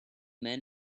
man